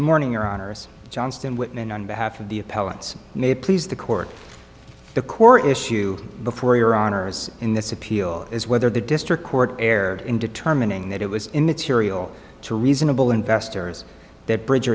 morning your honour's johnston whitman on behalf of the appellant's may please the court the core issue before your honor's in this appeal is whether the district court erred in determining that it was immaterial to reasonable investors that bridge